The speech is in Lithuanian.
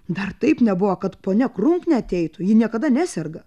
dar taip nebuvo kad ponia krunk neateitų ji niekada neserga